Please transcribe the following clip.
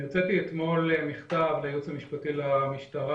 אני הוצאתי אתמול מכתב לייעוץ המשפטי למשטרה